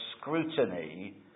scrutiny